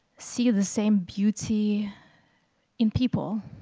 see the same beauty in people,